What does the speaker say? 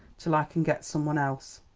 till i can get some one else.